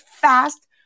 fast